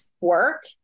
work